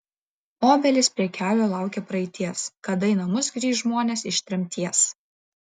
obelys prie kelio laukia praeities kada į namus grįš žmonės iš tremties